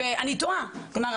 מילא,